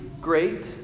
great